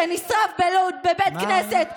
שנשרף בלוד בבית כנסת?